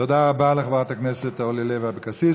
תודה רבה לחברת הכנסת אורלי לוי אבקסיס.